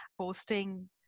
posting